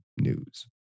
news